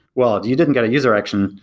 well, you didn't get a user action.